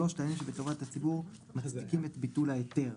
תנאים שבטובת הציבור מצדיקים את ביטול ההיתר.